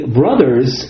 brothers